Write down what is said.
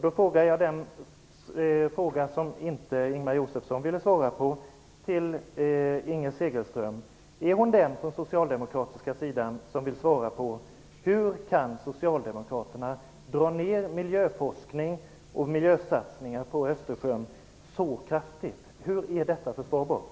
Då ställer jag till henne den fråga som Ingemar Josefsson inte ville svara på, om nu Inger Segelström är den på den socialdemokratiska sidan som vill svara: Hur kan Socialdemokraterna dra ner miljöforskning och miljösatsningar i Östersjön så kraftigt? Hur är detta försvarbart?